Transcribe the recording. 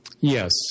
Yes